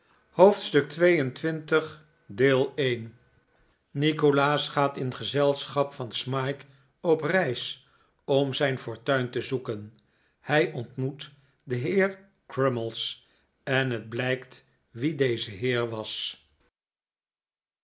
hoofdstuk xxii nikolaas gaat in gezelschap van smike op reis om zijn fortuin te zoeken hi ontmoet den heer crummies en het blijkt wie deze heer was